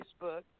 Facebook